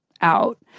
out